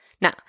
Now